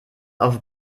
auf